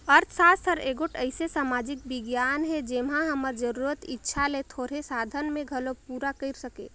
अर्थसास्त्र हर एगोट अइसे समाजिक बिग्यान हे जेम्हां हमर जरूरत, इक्छा ल थोरहें साधन में घलो पूरा कइर सके